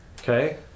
okay